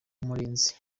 umurinzi